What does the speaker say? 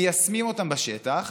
מיישמים אותן בשטח,